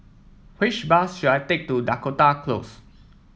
which bus should I take to Dakota Close